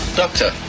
doctor